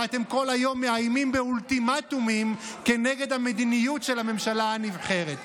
ואתם כל היום מאיימים באולטימטומים כנגד המדיניות של הממשלה הנבחרת.